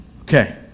Okay